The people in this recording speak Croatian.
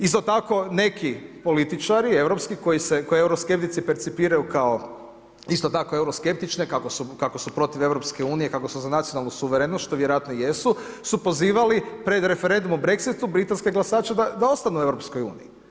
Isto tako neki političari europski koje euroskeptici percipiraju kao isto tako euro skeptične, kako su protiv EU, kako su za nacionalnu suverenost što vjerojatno i jesu su pozivali pred referendumom o BREXIT-u britanska glasače da ostanu u EU.